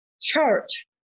church